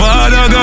Father